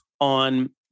on